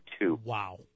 Wow